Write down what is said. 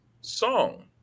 song